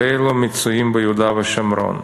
ואלה מצויים ביהודה ובשומרון".